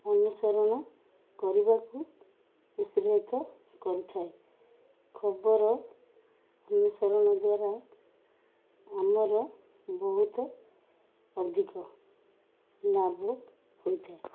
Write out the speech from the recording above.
ଅନୁସରଣ କରିବାକୁ ଉତ୍ସାହିତ କରିଥାଏ ଖବର ଅନୁସରଣ ଦ୍ୱାରା ଆମର ବହୁତ ଅଧିକ ଲାଭ ହୋଇଥାଏ